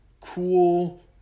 cool